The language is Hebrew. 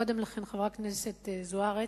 קודם לכן חברתי חברת הכנסת זוארץ,